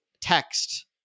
text